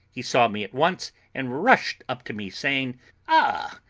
he saw me at once, and rushed up to me, saying ah,